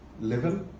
level